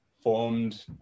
formed